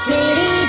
City